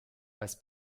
als